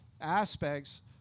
aspects